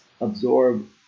absorb